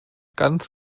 ganz